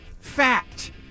fact